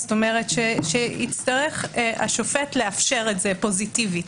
כלומר שיצטרך השופט לאפשר זאת פוזיטיבית.